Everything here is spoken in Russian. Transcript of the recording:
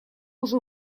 уже